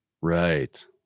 Right